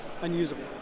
unusable